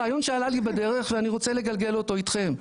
רעיון שעלה לי בדרך ואני רוצה לגלגל אותו איתכם,